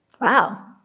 Wow